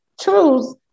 truths